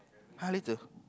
!huh! later